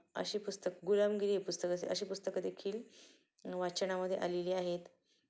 अशी पुस्तक गुलामगिरी हे पुस्तक असेल अशी पुस्तकंदेखील वाचनामधे आलेली आहेत